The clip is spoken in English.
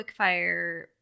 quickfire